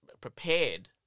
prepared